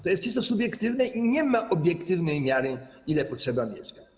To jest czysto subiektywne i nie ma obiektywnej miary tego, ile potrzeba mieszkań.